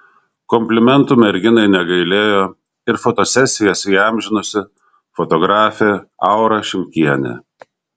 komplimentų merginai negailėjo ir fotosesijas įamžinusi fotografė aura šimkienė